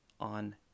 on